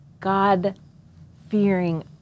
God-fearing